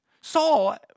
Saul